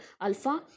alpha